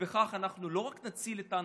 ובכך אנחנו לא רק נציל את האנשים,